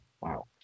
Wow